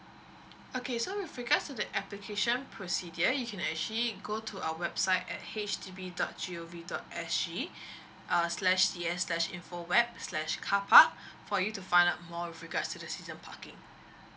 okay so with regards to the application procedure you can actually go to our website at H D B dot gov dot s g err slash c s slash info web slash carpark for you to find out more with regards to the season parking